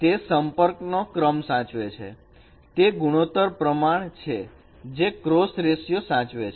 તે સંપર્ક નો ક્રમ સાચવે છે તે ગુણોત્તર પ્રમાણ છે જે ક્રોસ રેશીયો સાચવે છે